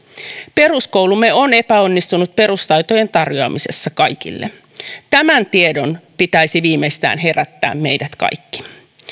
peruskoulumme on epäonnistunut perustaitojen tarjoamisessa kaikille tämän tiedon pitäisi viimeistään herättää meidät kaikki